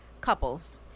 couples